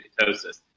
ketosis